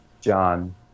John